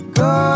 go